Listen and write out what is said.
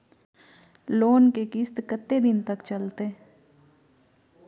Loan के किस्त कत्ते दिन तक चलते?